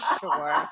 sure